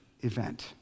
event